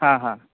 हां हां